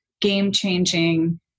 game-changing